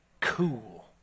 cool